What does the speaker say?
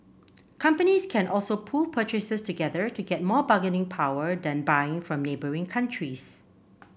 companies can also pool purchases together to get more bargaining power then buying from neighbouring countries